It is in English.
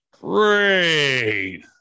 Great